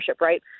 right